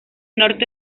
norte